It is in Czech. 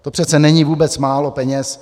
To přece není vůbec málo peněz.